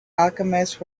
alchemist